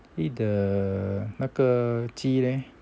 eh the 那个鸡 leh